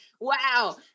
wow